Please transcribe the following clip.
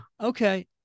Okay